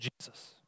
Jesus